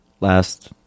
last